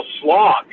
slog